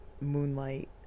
moonlight